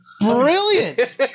Brilliant